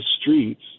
streets